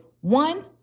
one